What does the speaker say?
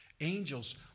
Angels